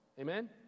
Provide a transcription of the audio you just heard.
Amen